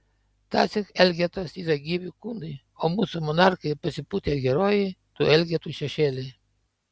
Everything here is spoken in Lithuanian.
tąsyk elgetos yra gyvi kūnai o mūsų monarchai ir pasipūtę herojai tų elgetų šešėliai